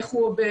איך הוא עובד,